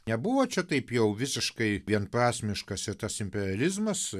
nebuvo čia taip jau visiškai vienprasmiškas ir tas imperializmas